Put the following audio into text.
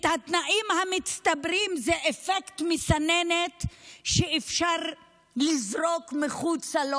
התנאים המצטברים זה אפקט מסננת שאפשר לזרוק מחוצה לו